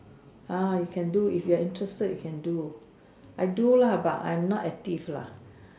ah you can do if you're interested you can do I do lah but I'm not active lah